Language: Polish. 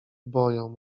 boją